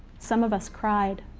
some of us cried.